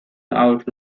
out